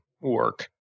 work